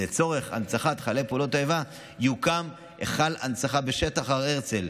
לצורך הנצחת חללי פעולות האיבה יוקם היכל הנצחה בשטח הר הרצל,